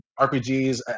RPGs